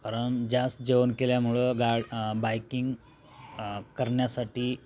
कारण जास्त जेवण केल्यामुळं गा बायकिंग करण्यासाठी